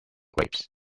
grapes